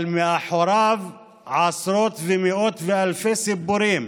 אבל מאחוריו עשרות, מאות ואלפי סיפורים